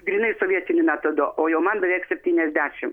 grynai sovietiniu metodu o jau man beveik septyniasdešim